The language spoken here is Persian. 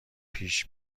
پیش